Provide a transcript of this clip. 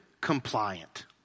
compliant